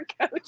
Coach